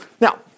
Now